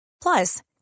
Plus